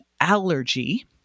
allergy